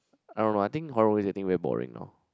I don't know I think horror movies is getting very boring now